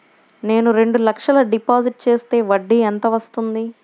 నేను రెండు లక్షల డిపాజిట్ చేస్తే వడ్డీ ఎంత వస్తుంది?